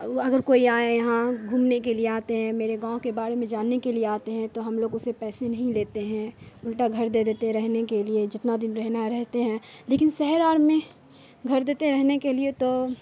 اگر کوئی آئے یہاں گھومنے کے لیے آتے ہیں میرے گاؤں کے بارے میں جاننے کے لیے آتے ہیں تو ہم لوگ اسے پیسے نہیں لیتے ہیں الٹا گھر دے دیتے ہیں رہنے کے لیے جتنا دن رہنا رہتے ہیں لیکن شہر اہر میں گھر دیتے ہیں رہنے کے لیے تو